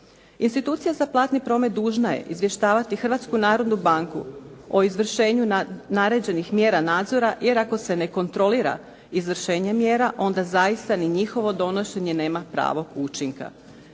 Institucija za platni promet dužna je izvještavati Hrvatsku narodnu banku o izvršenju naređenih mjera nadzora jer ako se ne kontrolira izvršenje mjere onda zaista ni njihovo donošenje nema pravog učinka.